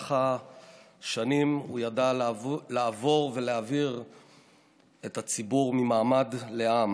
במהלך השנים הוא ידע לעבור ולהעביר את הציבור ממעמד לעם,